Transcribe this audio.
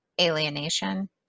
alienation